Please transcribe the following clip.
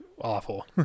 awful